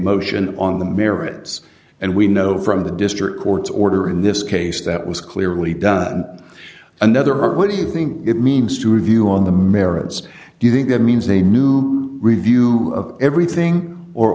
motion on the merits and we know from the district court's order in this case that was clearly done another what do you think it means to review on the merits do you think that means a new review of everything or